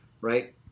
right